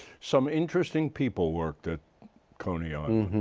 some interesting people worked at coney ah